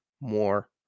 more